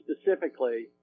specifically